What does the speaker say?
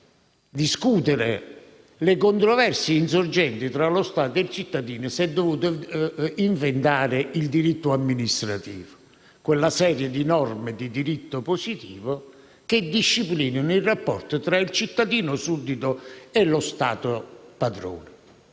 per discutere le controversie insorgenti tra lo Stato e il cittadino, si è dovuto inventare il diritto amministrativo, ossia quella serie di norme di diritto positivo che disciplina il rapporto tra il cittadino suddito e lo Stato padrone.